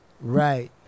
Right